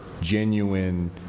genuine